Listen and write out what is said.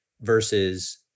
versus